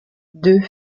deux